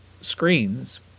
screens